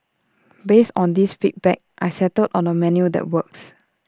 based on these feedback I settled on A menu that works